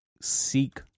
seek